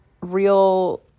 real